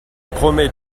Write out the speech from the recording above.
promet